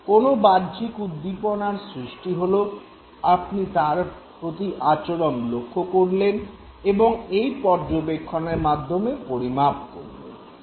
কোনো বাহ্যিক উদ্দীপনার সৃষ্টি হল আপনি তার প্রতি আচরণ লক্ষ্য করলেন এবং এই পর্যবেক্ষণের মাধ্যমে পরিমাপ করলেন